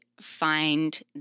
find